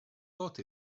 bought